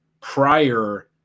prior